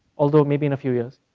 although maybe in a few years,